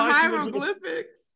hieroglyphics